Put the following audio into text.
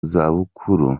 zabukuru